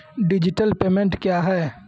Digital payment क्या हैं?